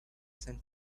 san